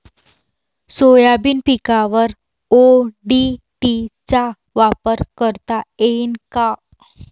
Soybean पिकावर ODT चा वापर करता येईन का?